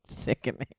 Sickening